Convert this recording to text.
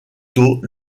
tôt